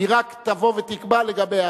היא רק תבוא ותקבע לגבי העתיד.